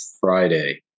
Friday